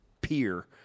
peer